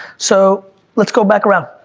so let's go back around,